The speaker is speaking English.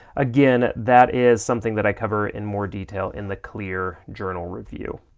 again, that is something that i cover in more detail in the clear journal review.